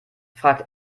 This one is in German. fragt